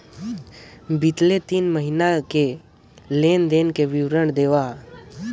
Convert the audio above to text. बितले तीन महीना के लेन देन के विवरण देवा?